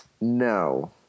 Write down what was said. No